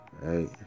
Right